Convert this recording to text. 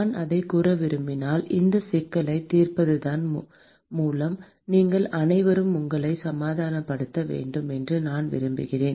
நான் அதைக் கூற விரும்பினால் இந்த சிக்கலைத் தீர்ப்பதன் மூலம் நீங்கள் அனைவரும் உங்களை சமாதானப்படுத்த வேண்டும் என்று நான் விரும்புகிறேன்